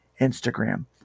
Instagram